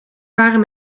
varen